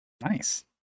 Nice